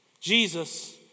Jesus